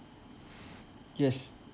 yes